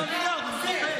איפה ה-9 מיליארד, אני מחפש.